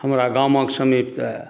हमरा गामक समीप तऽ